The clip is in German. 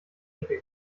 ecke